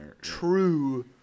true